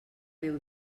déu